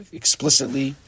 explicitly